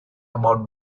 about